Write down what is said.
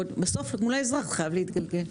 ומול האזרח זה חייב להתגלגל.